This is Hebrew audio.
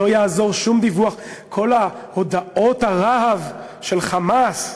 לא יעזור שום דיווח, כל הודעות הרהב של "חמאס".